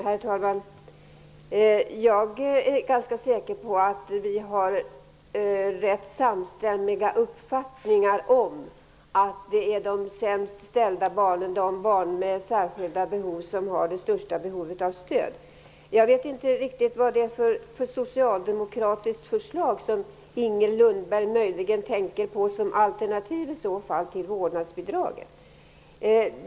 Herr talman! Jag är ganska säker på att våra uppfattningar är rätt samstämmiga vad gäller att det är de sämst ställda barnen, de med särskilda behov, som behöver mest stöd. Jag vet inte riktigt vilket socialdemokratiskt förslag som Inger Lundberg möjligen tänker på som alternativ till vårdnadsbidraget.